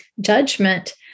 judgment